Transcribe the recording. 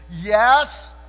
yes